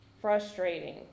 frustrating